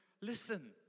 listen